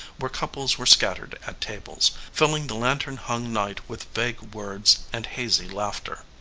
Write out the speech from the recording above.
where couples were scattered at tables, filling the lantern-hung night with vague words and hazy laughter.